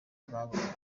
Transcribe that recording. utwabo